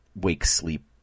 wake-sleep